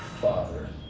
father,